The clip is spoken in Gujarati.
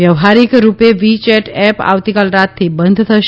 વ્યવહારિક રૂપે વી ચેટ એપ આવતીકાલ રાતથી બંધ થશે